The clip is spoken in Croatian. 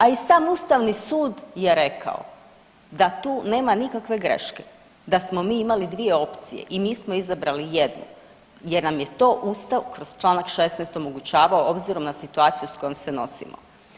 A i sam ustavni sud je rekao da tu nema nikakve greške, da smo mi imali dvije opcije i mi smo izabrali jednu jer nam je to Ustav kroz čl. 16. omogućavao obzirom na situaciju s kojom se nosimo.